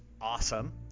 awesome